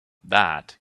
that